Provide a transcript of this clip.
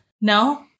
No